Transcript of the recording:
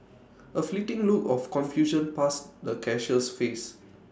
A fleeting look of confusion passed the cashier's face